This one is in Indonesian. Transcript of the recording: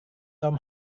tom